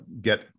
get